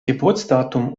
geburtsdatum